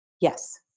yes